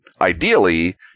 ideally